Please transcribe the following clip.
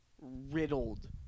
riddled